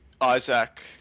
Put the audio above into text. Isaac